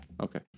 Okay